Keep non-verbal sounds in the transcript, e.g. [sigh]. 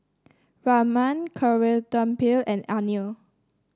Raman [unintelligible] and Anil